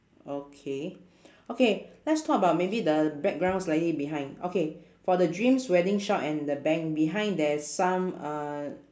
okay okay let's talk about maybe the background slightly behind okay for the dreams wedding shop and the bank behind there's some uh